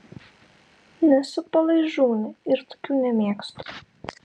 nesu palaižūnė ir tokių nemėgstu